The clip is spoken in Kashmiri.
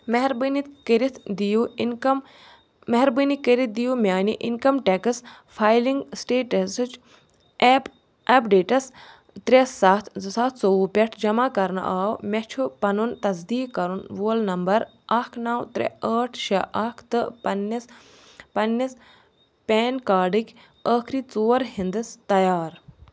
مہربٲنِتھ کٔرِتھ دِیِو اِنکَم مہربٲنی کٔرِتھ دِیِو میٛانہِ اِنکَم ٹٮ۪کٕس فایلِنٛگ سِٹیٹَسٕچ ایپ اَپڈیٹَس ترٛےٚ سَتھ زٕ ساس ژوٚوُہ پٮ۪ٹھ جمع کرنہٕ آو مےٚ چھُ پَنُن تصدیٖق کَرَن وول نمبَر اَکھ نَو ترٛےٚ ٲٹھ شےٚ اَکھ تہٕ پَنٛنِس پَنٛنِس پین کارڈٕکۍ ٲخری ژور ہِنٛدٕس تیار